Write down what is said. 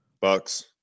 Bucks